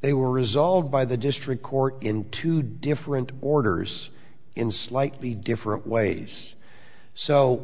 they were resolved by the district court in two different orders in slightly different ways so